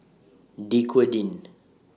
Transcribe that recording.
Dequadin